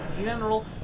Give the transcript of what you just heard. General